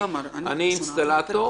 אני אינסטלטור,